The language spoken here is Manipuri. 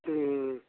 ꯎꯝ